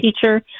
teacher